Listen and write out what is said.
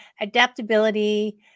adaptability